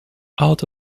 out